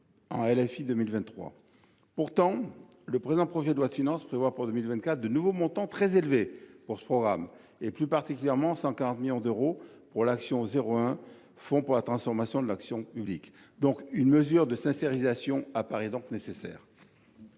pour 2023. Pourtant, le présent projet de loi de finances prévoit pour 2024 de nouveaux montants très élevés pour ce programme, et plus particulièrement 140 millions d’euros pour l’action n° 01 « Fonds pour la transformation de l’action publique ». Une mesure de sincérisation apparaît donc nécessaire.